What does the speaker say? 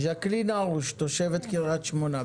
ג'קלין הרוש, תושבת קריית שמונה.